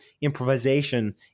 improvisation